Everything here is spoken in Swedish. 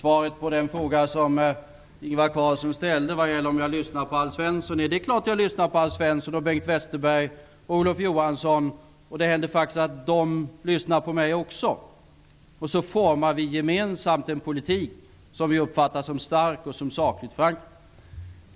Svaret på den fråga Ingvar Carlsson ställde vad gällde om jag lyssnar på Alf Svensson är att det är klart att jag lyssnar på Alf Svensson, Bengt Westerberg och Olof Johansson. Det händer faktiskt att de lyssnar på mig också. Så formar vi gemensamt en politik som uppfattas som stark och som sakligt förankrad.